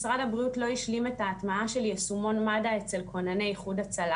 משרד הבריאות לא השלים את ההטמעה של ישומון מד"א אצל כונני איחוד הצלה